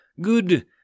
Good